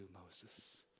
Moses